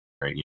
right